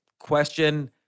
question